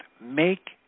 make